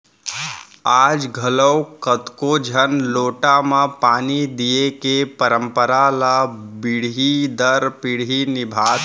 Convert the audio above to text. आज घलौक कतको झन लोटा म पानी दिये के परंपरा ल पीढ़ी दर पीढ़ी निभात हें